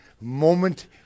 moment